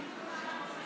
תודה רבה.